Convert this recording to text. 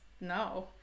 No